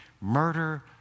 murder